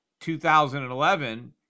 2011